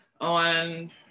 on